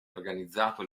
organizzato